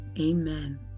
Amen